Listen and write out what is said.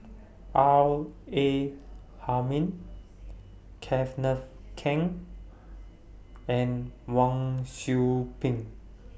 R A Hamid Kenneth Keng and Wang Sui Pick